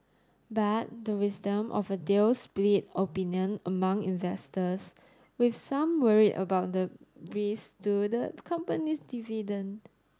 but the wisdom of a deal split opinion among investors with some worried about the risk to the company's dividend